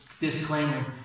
disclaimer